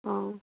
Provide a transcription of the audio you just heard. অঁ